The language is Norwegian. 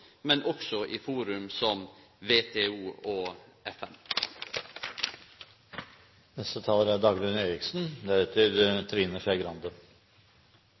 men også i forum som WTO og